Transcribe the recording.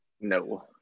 No